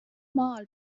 maal